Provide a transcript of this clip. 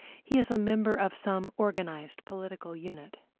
he is a member of some organized political unit,